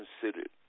considered